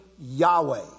Yahweh